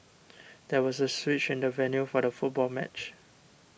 there was a switch in the venue for the football match